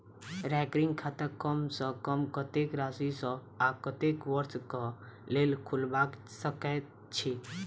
recurring खाता कम सँ कम कत्तेक राशि सऽ आ कत्तेक वर्ष कऽ लेल खोलबा सकय छी